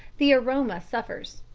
the aroma suffers.